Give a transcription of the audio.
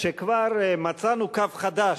כשכבר מצאנו קו חדש: